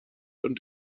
und